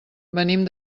venim